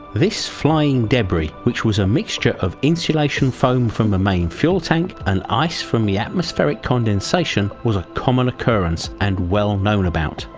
this flying debris which was a mixture of insulation foam from the main fuel tank and ice from the atmospheric condensation was a common occurrence and well known about,